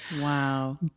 Wow